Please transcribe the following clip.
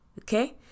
Okay